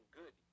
good